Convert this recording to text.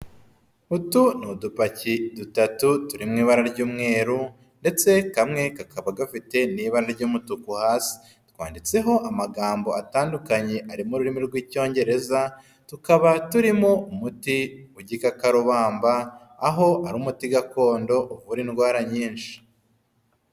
Utu ni udupaki dutatu turi mu ibara ry'umweru, ndetse kamwe kakaba gafite n'ibara ry'umutuku hasi. Twanditseho amagambo atandukanye ari mu rurimi rw'Icyongereza, tukaba turimo umuti w'igikakarubamba, aho ari umuti gakondo uvura indwara nyinshi.